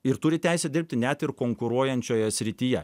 ir turi teisę dirbti net ir konkuruojančioje srityje